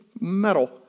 metal